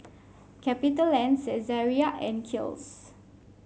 Capitaland Saizeriya and Kiehl's